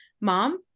mom